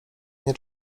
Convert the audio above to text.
nie